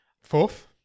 fourth